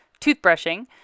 toothbrushing